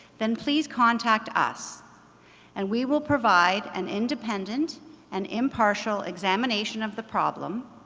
then please contact us and we will provide an independent and impartial examination of the problem,